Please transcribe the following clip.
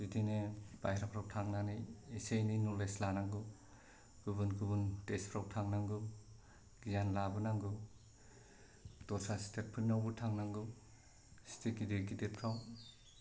बिदिनो बाहेरफोराव थांनानै इसे इनै न'लेज लानांगौ गुबुन गुबुन देसफोराव थांनांगौ गियान लाबोनांगौ दस्रा स्टेट फोरनावबो थांनांगौ सिटि गिदिर गिदिरफोराव